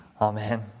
Amen